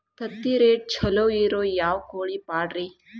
ತತ್ತಿರೇಟ್ ಛಲೋ ಇರೋ ಯಾವ್ ಕೋಳಿ ಪಾಡ್ರೇ?